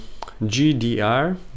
GDR